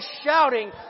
shouting